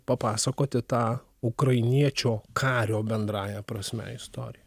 papasakoti tą ukrainiečio kario bendrąja prasme istoriją